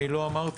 אני לא אמרתי,